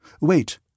Wait